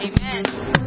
Amen